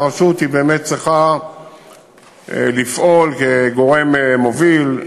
והרשות באמת צריכה לפעול כגורם מוביל,